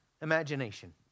imagination